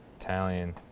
Italian